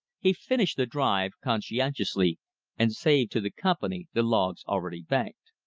he finished the drive conscientiously and saved to the company the logs already banked.